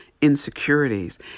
insecurities